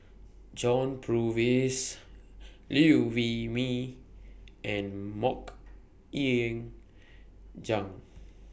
John Purvis Liew Wee Mee and Mok Ying Jang